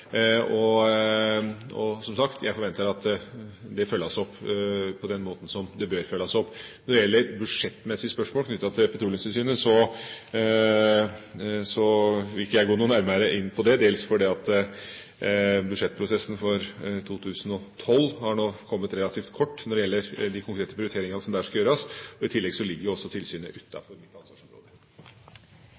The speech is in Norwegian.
og jeg forventer som sagt at det følges opp på den måten som det bør følges opp. Når det gjelder budsjettmessige spørsmål knyttet til Petroleumstilsynet, vil ikke jeg gå noe nærmere inn på det, dels fordi vi i budsjettprosessen for 2012 har kommet relativt kort når det gjelder de kontrete prioriteringene som der skal gjøres. I tillegg ligger jo også tilsynet